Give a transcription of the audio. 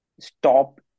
stop